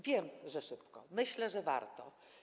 Wiem, że szybko, ale myślę, że warto.